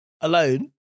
alone